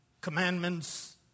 commandments